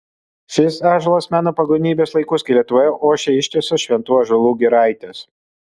šis ąžuolas mena pagonybės laikus kai lietuvoje ošė ištisos šventų ąžuolų giraitės